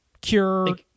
cure